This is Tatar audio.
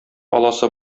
аласы